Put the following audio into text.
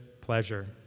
pleasure